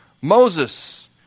Moses